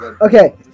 Okay